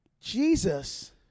Jesus